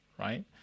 right